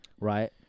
right